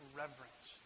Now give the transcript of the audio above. reverence